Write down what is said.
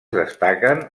destaquen